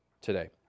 today